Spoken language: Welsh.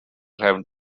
nhrefn